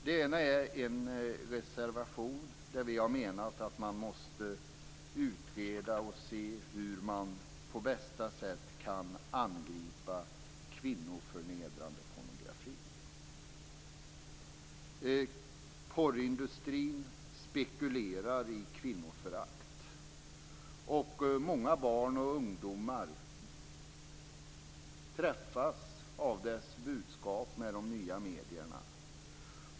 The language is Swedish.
Det ena är en reservation där vi har menat att man måste utreda och se hur man på bästa sätt kan angripa kvinnoförnedrande pornografi. Porrindustrin spekulerar i kvinnoförakt, och många barn och ungdomar träffas av dess budskap genom de nya medierna.